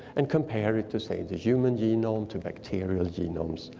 and compare it to say, the human genome, to bacterial genomes,